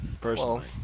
personally